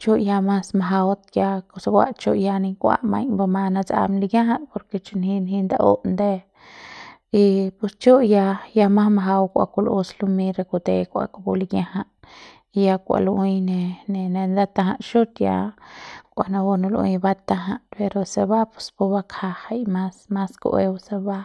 chu ya mas majaut ya sukua chu ya ni kua buma natsam likia'jat por ke chunji nji nda'ut nde y pus chu ya ya ma majau kua kul'us lumei re kute kua kupu likia'jat y ya kua lu'ui ne ne ne ndataját xut ya kua napu ne lu'ui bataját pero se ba pus pubakja mas y mas ku'ueu se ba.